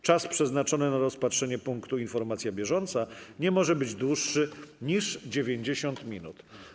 Czas przeznaczony na rozpatrzenie punktu: Informacja bieżąca nie może być dłuższy niż 90 minut.